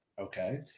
okay